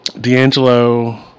D'Angelo